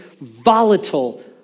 volatile